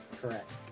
Correct